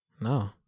No